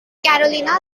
carolina